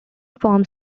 forms